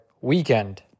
Weekend